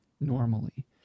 normally